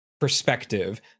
perspective